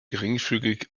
geringfügig